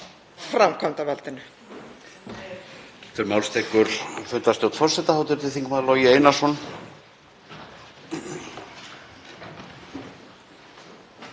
framkvæmdarvaldinu